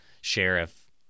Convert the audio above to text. sheriff